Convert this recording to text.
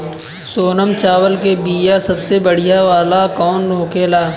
सोनम चावल के बीया सबसे बढ़िया वाला कौन होखेला?